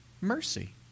mercy